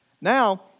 Now